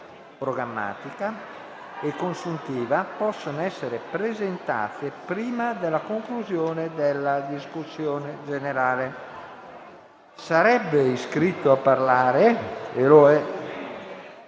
programmatica e consuntiva possono essere presentate prima della conclusione della discussione generale. *(Brusio).* Colleghi,